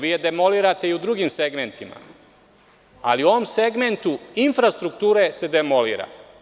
Vi je demolirate i u drugim segmentima, ali i u ovom segmentu infrastrukture se demolira.